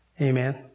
Amen